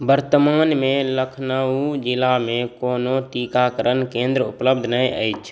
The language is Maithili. वर्तमानमे लखनउ जिलामे कोनो टीकाकरण केन्द्र उपलब्ध नहि अछि